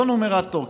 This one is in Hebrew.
לא נומרטור,